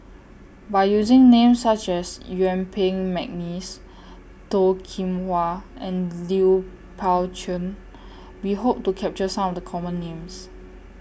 By using Names such as Yuen Peng Mcneice Toh Kim Hwa and Lui Pao Chuen We Hope to capture Some of The Common Names